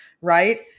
right